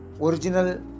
original